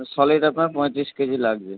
মানে সলিড আপনার পঁয়ত্রিশ কেজি লাগবে